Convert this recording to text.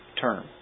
term